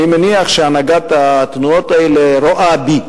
אני מניח שהנהגת התנועות האלה רואה בי,